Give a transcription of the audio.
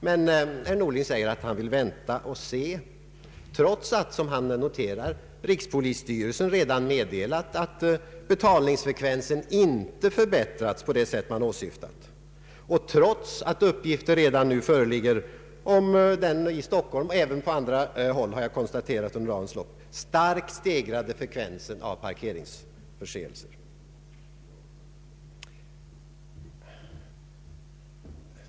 Men statsrådet Norling säger att han vill vänta och se, trots att — som han noterar — rikspolisstyrelsen redan har meddelat att betalningsfrekvensen inte har förbättrats på det sätt som man har åsyftat och trots att uppgifter redan nu föreligger om den i Stockholm och även på andra håll — det har jag konstaterat under dagens lopp — starkt stegrade frekvensen av parkeringsförseelser.